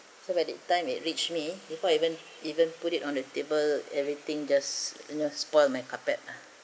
so by the time it reached me before I even even put it on the table everything just you know spoil my carpet lah